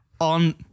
on